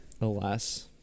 Alas